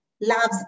loves